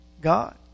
God